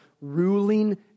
ruling